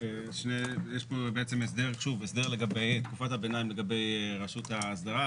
יש פה בעצם הסדר לגבי תקופת הביניים לגבי רשות ההסדרה,